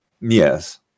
Yes